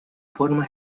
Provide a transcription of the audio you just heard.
forma